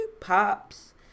Pops